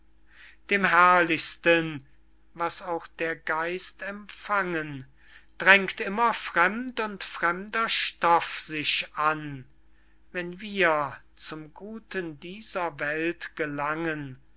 dem herrlichsten was auch der geist empfangen drängt immer fremd und fremder stoff sich an wenn wir zum guten dieser welt gelangen